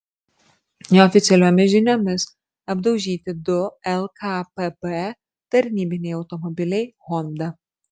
neoficialiomis žiniomis apdaužyti du lkpb tarnybiniai automobiliai honda